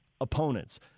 opponents